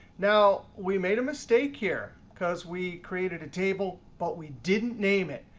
now, we made a mistake here, because we created a table, but we didn't name it.